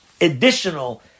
additional